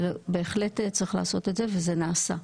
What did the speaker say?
בהחלט צריך לעשות את זה וזה נעשה.